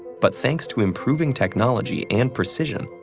but thanks to improving technology and precision,